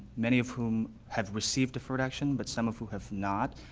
many of whom have received deferred action, but some of whom have not.